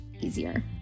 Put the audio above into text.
easier